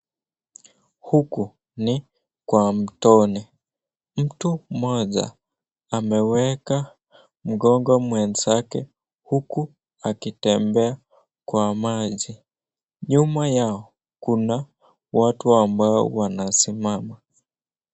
Huku ni kwa mtooni, mtu mmoja ameweka mgongo mwenzake huku akitembea kwa maji. Nyuma yao kuna watu ambao wanasimama.